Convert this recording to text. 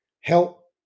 help